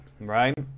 right